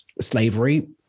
slavery